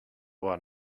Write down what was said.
what